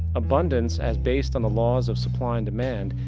abundance as based on the laws of supply and demand,